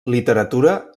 literatura